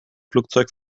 flugzeug